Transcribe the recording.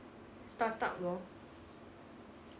start-up lor